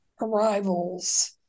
arrivals